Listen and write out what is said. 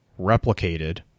replicated